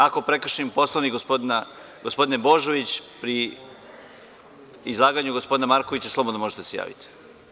Ako prekršim Poslovnik, gospodine Božović, pri izlaganju gospodina Markovića, slobodno možete da se javite.